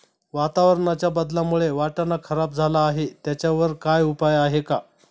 वातावरणाच्या बदलामुळे वाटाणा खराब झाला आहे त्याच्यावर काय उपाय आहे का?